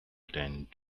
attend